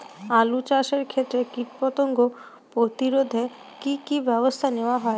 আলু চাষের ক্ষত্রে কীটপতঙ্গ প্রতিরোধে কি কী ব্যবস্থা নেওয়া হয়?